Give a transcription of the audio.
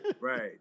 Right